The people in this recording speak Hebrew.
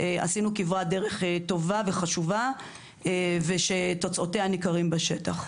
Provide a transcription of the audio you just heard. עשינו כברת דרך טובה וחשובה ושתוצאותיה ניכרים בשטח.